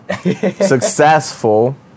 successful